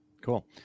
cool